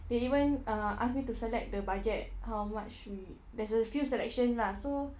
they even uh ask me to select the budget how much we there's a few selection lah so